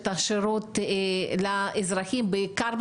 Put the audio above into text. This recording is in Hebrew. כלומר,